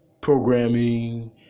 programming